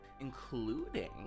including